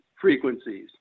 frequencies